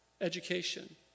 education